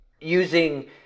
using –